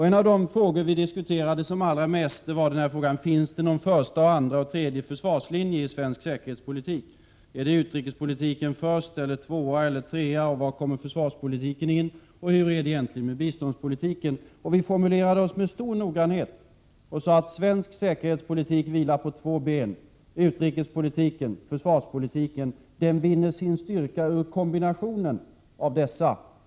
En av de frågor som vi diskuterade allra mest var: Finns det någon första, andra och tredje försvarslinje i svensk säkerhetspolitik? Kommer utrikespolitiken först, eller är den tvåa eller trea? Var kommer försvarspolitiken in, och hur är det egentligen med biståndspolitiken? Vi formulerade oss med stor noggrannhet och sade att svensk säkerhetspolitik vilar på två ben — utrikespolitiken och försvarspolitiken — och vinner sin styrka i kombinationen av dessa.